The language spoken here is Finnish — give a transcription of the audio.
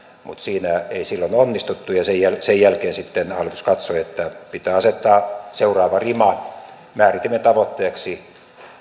mutta siinä ei silloin onnistuttu ja sen jälkeen sitten hallitus katsoi että pitää asettaa seuraava rima määritimme tavoitteeksi